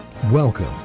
Welcome